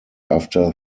after